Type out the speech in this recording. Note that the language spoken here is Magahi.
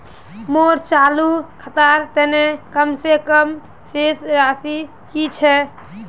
मोर चालू खातार तने कम से कम शेष राशि कि छे?